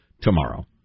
tomorrow